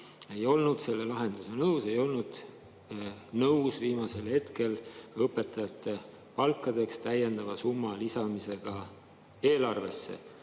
ei olnud selle lahendusega nõus. Ei olnud nõus viimasel hetkel õpetajate palkadeks täiendava summa lisamisega eelarvesse.